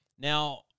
Now